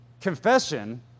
Confession